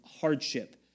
hardship